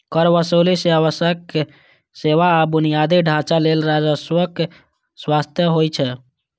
कर वसूली सं आवश्यक सेवा आ बुनियादी ढांचा लेल राजस्वक व्यवस्था होइ छै